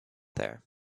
there